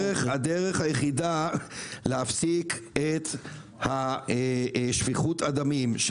הדרך היחידה להפסיק את שפיכות הדמים של